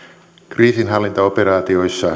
kriisinhallintaoperaatioissa